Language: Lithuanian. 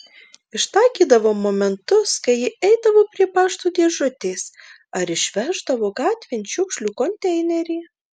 ištaikydavau momentus kai ji eidavo prie pašto dėžutės ar išveždavo gatvėn šiukšlių konteinerį